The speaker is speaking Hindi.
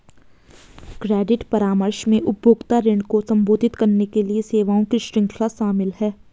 क्रेडिट परामर्श में उपभोक्ता ऋण को संबोधित करने के लिए सेवाओं की श्रृंखला शामिल है